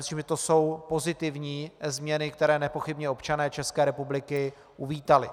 Myslím, že to jsou pozitivní změny, které nepochybně občané České republiky uvítali.